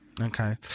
okay